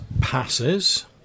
passes